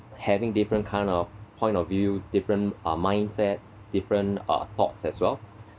having different kind of point of view different uh mindset different uh thoughts as well